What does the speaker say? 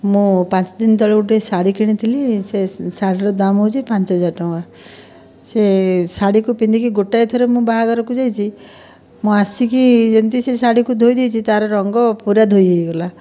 ମୁଁ ପାଞ୍ଚ ଦିନ ତଳେ ଗୋଟିଏ ଶାଢ଼ୀ କିଣିଥିଲି ସେ ଶାଢ଼ୀର ଦାମ୍ ହେଉଛି ପାଞ୍ଚ ହଜାର ଟଙ୍କା ସେ ଶାଢ଼ୀକୁ ପିନ୍ଧିକି ଗୋଟାଏ ଥର ମୁଁ ବାହାଘରକୁ ଯାଇଛି ମୁଁ ଆସିକି ଯେମିତି ସେ ଶାଢ଼ୀକୁ ଧୋଇଦେଇଛି ତା'ର ରଙ୍ଗ ପୂରା ଧୋଇହୋଇଗଲା